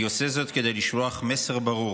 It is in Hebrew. אני עושה זאת כדי לשלוח מסר ברור